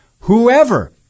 Whoever